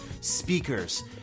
speakers